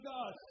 God